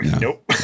Nope